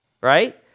right